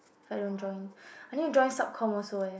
I don't join I think join sub course also eh